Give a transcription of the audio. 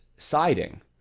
siding